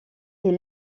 est